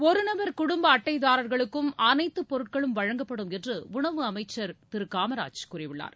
ஒரு நபர் குடும்ப அட்டைதாரர்களுக்கும் அனைத்து பொருட்களும் வழங்கப்படும் என்று உணவு அமைச்சர் காமராஜ் கூறியுள்ளார்